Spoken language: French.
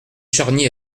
charny